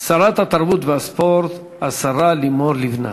שרת התרבות והספורט, השרה לימור לבנת.